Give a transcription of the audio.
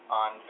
on